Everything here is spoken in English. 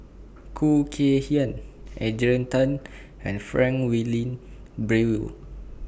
Khoo Kay Hian Adrian Tan and Frank Wilmin Brewer